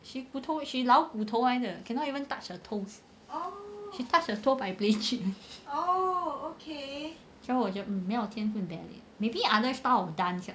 she 骨头老骨头来的 cannot even touch her toes she touch her toe by playing cheat [one] so 我就觉得没有天分 ballet maybe other style of dance lah